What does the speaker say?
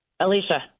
Alicia